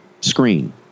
screen